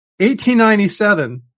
1897